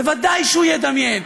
בוודאי שהוא ידמיין,